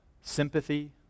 sympathy